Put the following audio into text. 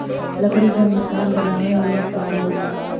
लकड़ी घर मकान बनावे में काम आवेला